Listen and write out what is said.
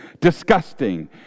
disgusting